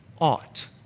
Ought